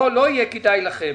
לא תהיה כדאית לכם